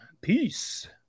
Peace